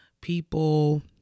People